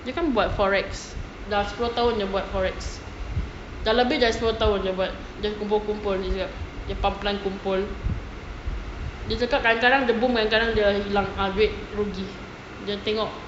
dia kan buat forex dah sepuluh tahan dia buat forex dah lebih dari sepuluh tahun dia buat dia kumpul kumpul dia perlahan-perlahan kumpul dia cakap kadang-kadang dia boom kadang-kadang dia hilang ah duit rugi dia tengok